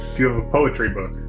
do you have a poetry book?